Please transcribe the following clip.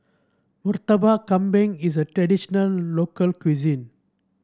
Murtabak Kambing is a traditional local cuisine